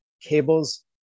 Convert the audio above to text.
cables